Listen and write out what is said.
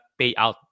payout